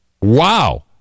Wow